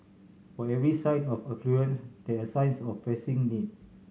for every sign of affluence there are signs of pressing need